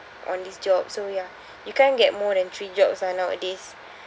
on this job so ya you can't get more than three jobs lah nowadays